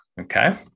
Okay